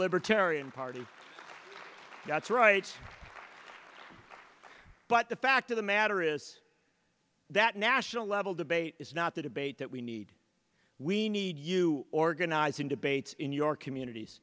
libertarian party that's right but the fact of the matter is that national level debate is not the debate that we need we need you organize in debates in your communities